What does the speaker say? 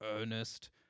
Ernest